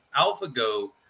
AlphaGo